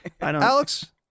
Alex